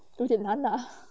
有点难啊